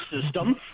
system